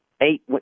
eight